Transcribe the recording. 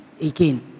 again